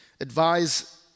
Advise